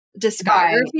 discography